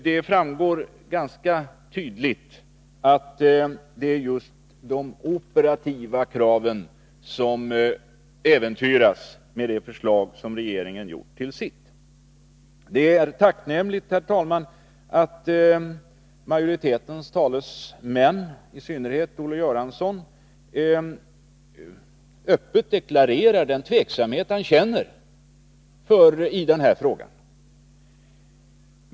Det framgår ganska tydligt att det är just de operativa kraven som äventyras med det förslag som regeringen gjort till sitt. Det är tacknämligt, herr talman, att majoritetens talesmän — i synnerhet Olle Göransson — öppet deklarerar den tveksamhet han känner i denna fråga.